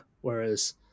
whereas